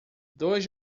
dois